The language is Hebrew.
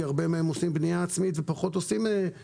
כי הרבה מהם עושים בנייה עצמית ופחות שוכרים,